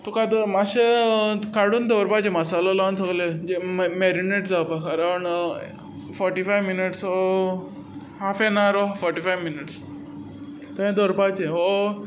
तुका जर मातशें काडून दवरपाचें मसालो लावन सगलें जें मेरीनेट जावपा अरावण फोटी फाय मिनट्स वा हाफ एन अवर वा फोटी फायव मिनट्स तशें दवरपाचें वा